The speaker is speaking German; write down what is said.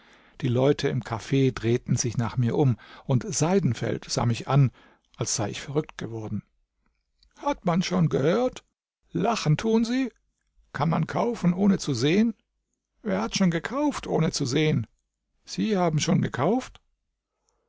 die leute im caf drehten sich nach mir um und seidenfeld sah mich an als sei ich verrückt geworden hat man schon gehört lachen tun sie kann man kaufen ohne zu sehn wer hat schon gekauft ohne zu sehn sie haben schon gekauft